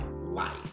life